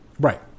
Right